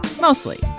Mostly